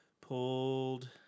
Pulled